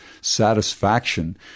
satisfaction